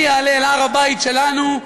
אני אעלה להר-הבית שלנו,